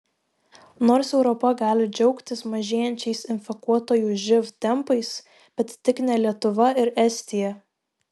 nors europa gali džiaugtis mažėjančiais infekuotųjų živ tempais bet tik ne lietuva ir estija